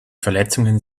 verletzungen